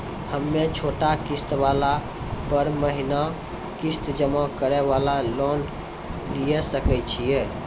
हम्मय छोटा किस्त वाला पर महीना किस्त जमा करे वाला लोन लिये सकय छियै?